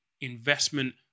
investment